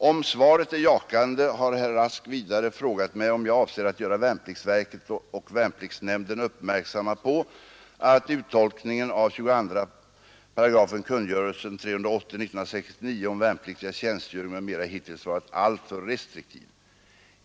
Om svaret är jakande har herr Rask vidare frågat mig om jag avser att göra värnpliktsverket och värnpliktsnämnden uppmärksamma på att uttolkningen av 22 § kungörelsen om värnpliktigas tjänstgöring m.m. hittills varit alltför restriktiv.